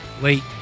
late